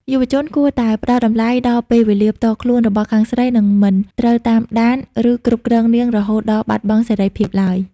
យុវជនគួរតែ "ផ្ដល់តម្លៃដល់ពេលវេលាផ្ទាល់ខ្លួន" របស់ខាងស្រី និងមិនត្រូវតាមដាន ឬគ្រប់គ្រងនាងរហូតដល់បាត់បង់សេរីភាពឡើយ។